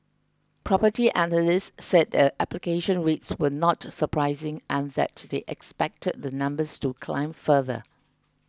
Property Analysts said the application rates were not surprising and they expected the numbers to climb further